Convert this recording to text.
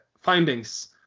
findings